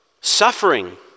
suffering